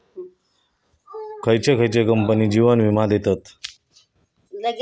खयचे खयचे कंपने जीवन वीमो देतत